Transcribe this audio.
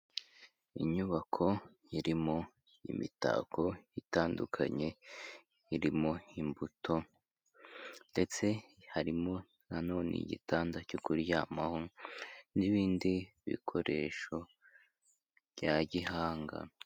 Inyubako irimo imitako itandukanye, irimo imbuto ndetse harimo na none igitanda cyo kuryamaho n'ibindi bikoresho bya gihanga.